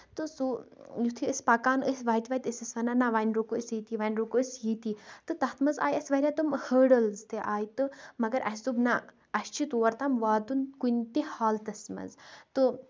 تہٕ سُہ یِتُھے أسۍ پَکان ٲسۍ وَتہِ وَتہِ أسۍ ٲسۍ وَنان نہ وۄنۍ رُکو أسۍ ییٚتۍ وۄنۍ رُکو أسۍ ییٚتی تہٕ تَتھ منٛز آیہِ اَسہِ واریاہ تِم ہٲڈٔلز تہٕ آیہِ تہٕ مَگر اَسہِ دوٚپ نہ اَسہِ چھُ تور تام واتُن کُنہِ تہِ حالتس منٛز تہٕ